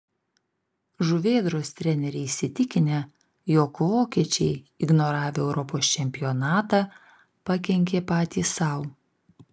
žuvėdros treneriai įsitikinę jog vokiečiai ignoravę europos čempionatą pakenkė patys sau